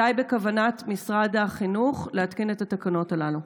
מתי בכוונת משרד החינוך להתקין את התקנות הללו?